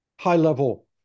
high-level